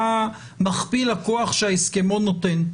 מה מכפיל הכוח שההסכמון נותן.